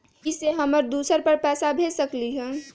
इ सेऐ हम दुसर पर पैसा भेज सकील?